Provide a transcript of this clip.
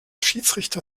schiedsrichter